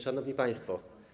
Szanowni Państwo!